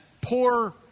poor